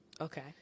Okay